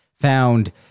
found